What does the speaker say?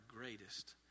greatest